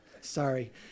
Sorry